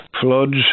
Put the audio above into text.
floods